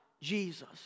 Jesus